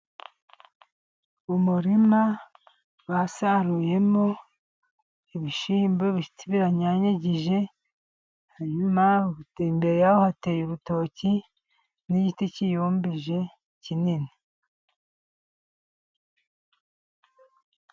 Umurima basaruyemo ibishyimbo ibiti biranyanyagije, hanyuma imbereho yaho hateye urutoki, n'igiti kiyumbije kinini.